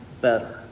better